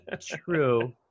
True